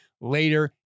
later